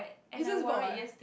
you just bought